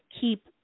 keep